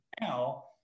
now